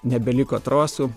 nebeliko trosų